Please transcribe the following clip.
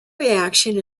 reaction